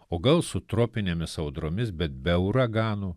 o gal su tropinėmis audromis bet be uraganų